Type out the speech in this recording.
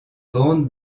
bandes